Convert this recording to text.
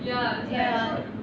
ya that's why so